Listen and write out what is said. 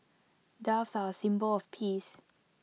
doves are A symbol of peace